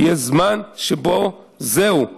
שיהיה זמן שבו זהו,